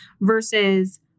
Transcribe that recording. versus